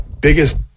biggest